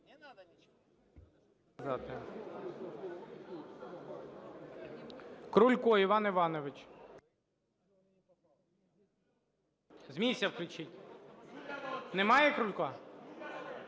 Крулько Іван Іванович. З місця включіть. Немає Крулька?